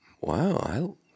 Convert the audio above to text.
wow